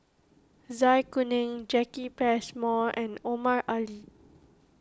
Zai Kuning Jacki Passmore and Omar Ali